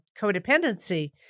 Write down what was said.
codependency